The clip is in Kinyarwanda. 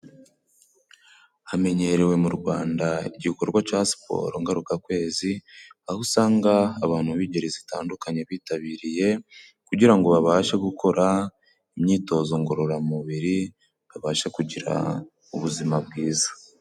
Hamenyerewe mu Rwanda igikorwa ca siporo ngaruka kwezi, aho usanga abantu b'ingeri zitandukanye bitabiriye, kugira ngo babashe gukora imyitozo ngororamubiri babashe kugira ubuzima bwiza.